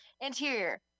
Interior